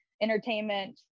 entertainment